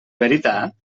veritat